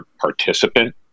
participant